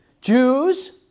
Jews